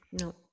No